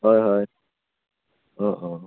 হয় হয় অ' অ'